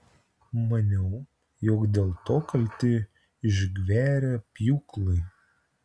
maniau jog dėl to kalti išgverę pjūklai